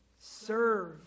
Serve